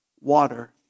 water